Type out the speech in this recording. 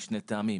משני טעמים,